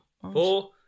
Four